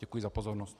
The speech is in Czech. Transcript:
Děkuji za pozornost.